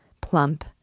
plump